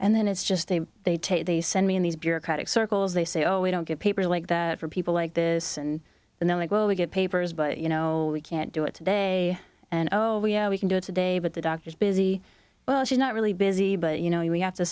and then it's just they they take it they send me in these bureaucratic circles they say oh we don't get paper like that for people like this and then they're like well we get papers but you know we can't do it today and oh yeah we can do it today but the doctor is busy well she's not really busy but you know we have to